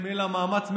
אלא מאמץ משותף?